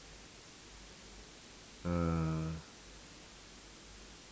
ah